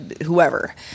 whoever